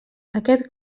aquest